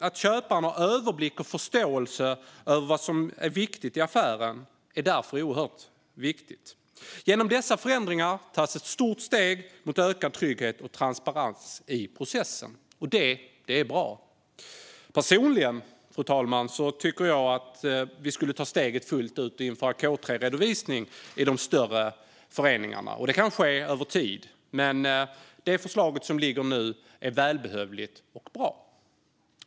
Att köparen har överblick och förståelse för vad som är viktigt i affären är därför oerhört centralt. Genom dessa förändringar tas ett stort steg mot ökad trygghet och transparens i processen. Det är bra. Personligen, fru talman, tycker jag att vi borde ta steget fullt ut och införa K3-redovisning i de större föreningarna. Det kan ske över tid. Men det förslag som ligger nu är välbehövligt och bra.